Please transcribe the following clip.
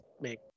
make